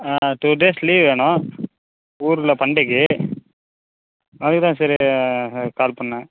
two days leave வேணும் ஊரில் பண்டிகை அதுக்கு தான் சரி கால் பண்ணேன்